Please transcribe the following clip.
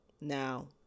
Now